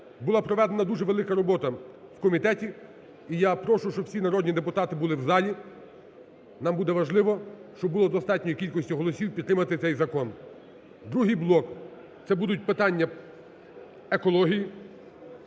Була проведена дуже велика робота в комітеті. І я прошу, щоб всі народні депутати були в залі, нам буде важливо, щоб було достатньої кількості голосів підтримати цей закон. Другий блок. Це будуть питання екології,